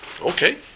Okay